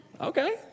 Okay